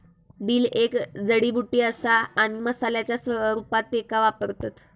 dill एक जडीबुटी असा आणि मसाल्याच्या रूपात त्येका वापरतत